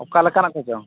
ᱚᱠᱟ ᱞᱮᱠᱟᱱᱟᱜ ᱠᱚᱪᱚᱝ